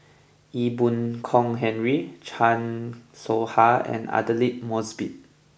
Ee Boon Kong Henry Chan Soh Ha and Aidli Mosbit